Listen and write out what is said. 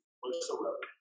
whatsoever